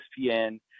ESPN